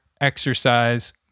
exercise